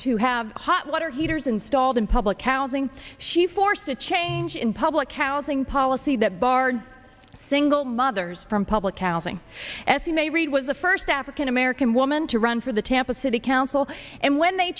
to have hot water heaters installed in public housing she forced a change in public housing policy that barred single mothers from public housing f e m a reid was the first african american woman to run for the tampa city council and when they